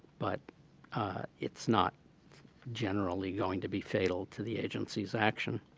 but it's not generally going to be fatal to the agency's action.